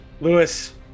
Lewis